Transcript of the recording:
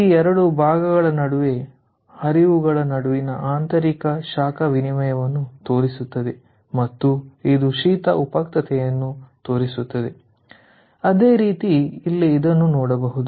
ಈ 2 ಭಾಗಗಳ ನಡುವೆ ಹರಿವುಗಳ ನಡುವಿನ ಆಂತರಿಕ ಶಾಖ ವಿನಿಮಯವನ್ನು ತೋರಿಸುತ್ತದೆ ಮತ್ತು ಇದು ಶೀತ ಉಪಯುಕ್ತತೆಯನ್ನು ತೋರಿಸುತ್ತದೆ ಅದೇ ರೀತಿ ಇಲ್ಲಿ ಅದನ್ನು ನೋಡಬಹುದು